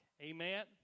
Amen